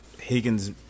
Higgins